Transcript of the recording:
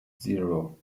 zero